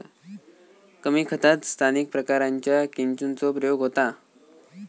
कृमी खतात स्थानिक प्रकारांच्या केंचुचो प्रयोग होता